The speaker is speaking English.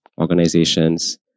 organizations